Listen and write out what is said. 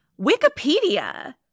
Wikipedia